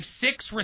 six